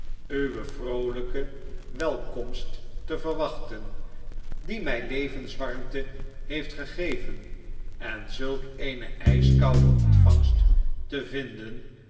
uwe vroolijke welkomst te verwachten die mij levenswarmte heeft gegeven en zulk eene ijskoude ontvangst te vinden